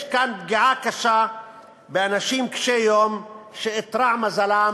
יש כאן פגיעה קשה באנשים קשי יום שאיתרע מזלם